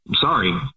sorry